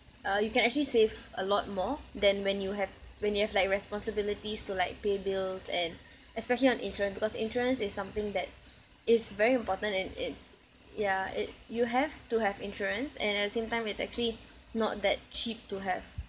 uh you can actually save a lot more than when you have when you have like responsibilities to like pay bills and especially on insurance because insurance is something that's is very important and it's yeah it you have to have insurance and at the same time it's actually not that cheap to have